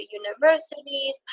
universities